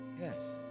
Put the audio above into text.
Yes